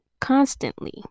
constantly